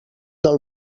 del